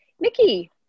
Mickey